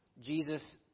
Jesus